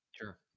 sure